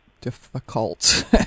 difficult